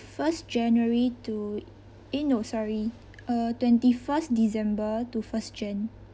first january to eh no sorry uh twenty first december to first jan